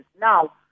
now